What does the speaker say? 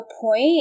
point